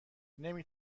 نمی